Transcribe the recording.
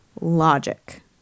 logic